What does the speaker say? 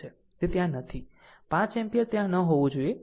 તે ત્યાં નથી 5 એમ્પીયર ત્યાં ન હોવું જોઈએ